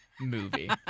movie